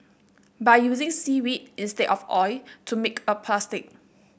by using seaweed instead of oil to make a plastic